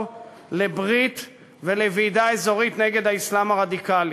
לברית ולוועידה אזורית נגד האסלאם הרדיקלי.